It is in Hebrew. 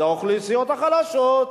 האוכלוסיות החלשות.